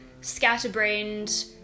scatterbrained